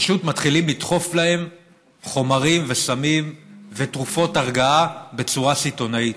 פשוט מתחילים לדחוף להם חומרים וסמים ותרופות הרגעה בצורה סיטונאית.